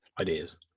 ideas